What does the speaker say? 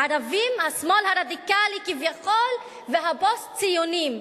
הערבים, השמאל הרדיקלי כביכול, והפוסט-ציונים.